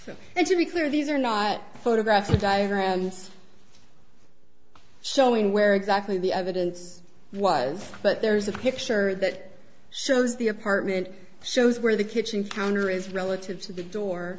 to be clear these are not photographs of diagrams showing where exactly the evidence was but there's a picture that shows the apartment shows where the kitchen counter is relative to the door